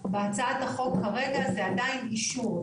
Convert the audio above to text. בהצעת החוק כרגע זה עדיין אישור,